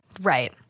Right